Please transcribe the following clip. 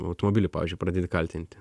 automobilį pavyzdžiui pradedi kaltinti